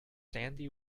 sandy